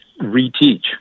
reteach